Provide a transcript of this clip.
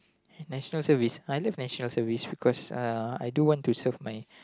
National Service I love National Service because uh I do want to serve my